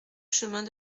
chemin